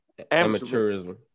Amateurism